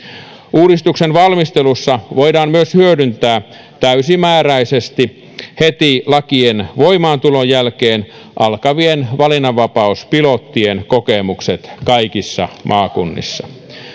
uudistuksen valmistelussa voidaan myös hyödyntää täysimääräisesti heti lakien voimaantulon jälkeen alkavien valinnanvapauspilottien kokemukset kaikissa maakunnissa